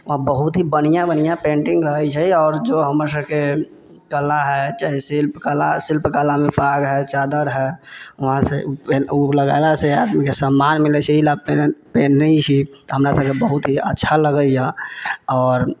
वहाँ बहुत ही बढ़िआँ बढ़िआँ पेन्टिङ्ग रहै छै आओर जे हमर सबके कला हइ चाहे शिल्पकला शिल्पकलामे पाग हइ चादर हइ वहाँसे ओ लगेलासँ आदमीके सम्मान मिलै छै ईलए पहनै छी हमरासबके बहुत ही अच्छा लगैए आओर